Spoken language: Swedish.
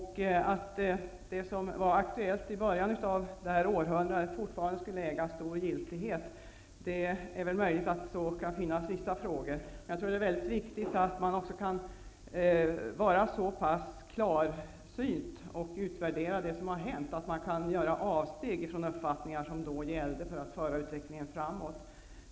Det är möjligt att något av det som var aktuellt i början av detta århundrade fortfarande kan äga stor giltighet. Men jag tror att det är mycket viktigt att man också kan vara så pass klarsynt att man kan utvärdera det som har hänt och göra avsteg från uppfattningar som då gällde för att föra utvecklingen framåt.